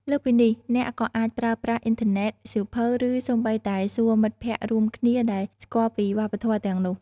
លើសពីនេះ អ្នកក៏អាចប្រើប្រាស់អ៊ីនធឺណិត សៀវភៅ ឬសូម្បីតែសួរមិត្តភក្តិរួមគ្នាដែលស្គាល់ពីវប្បធម៌ទាំងនោះ។